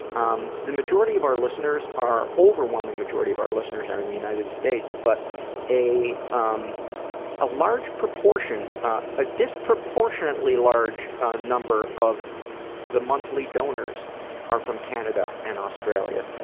um the majority of our listeners are the overwhelming majority of our listeners are in the united states, but a um a large proportion a disproportionately large ah number of the monthly donors are from canada and australia,